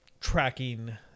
Tracking